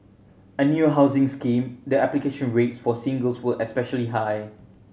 a new housing scheme the application rates for singles were especially high